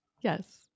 Yes